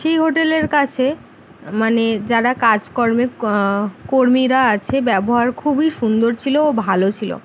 সেই হোটেলের কাছে মানে যারা কাজ কর্মে কর্মীরা আছে ব্যবহার খুবই সুন্দর ছিলো ও ভালো ছিলো